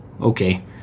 Okay